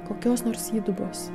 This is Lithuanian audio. kokios nors įdubos